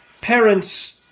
parents